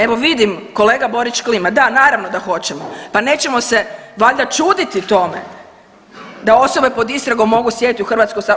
Evo vidim kolega Borić klima, da naravno da hoćemo, pa nećemo se valjda čuditi tome da osobe pod istragom mogu sjediti u HS-u.